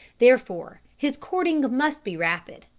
therefore his courting must be rapid.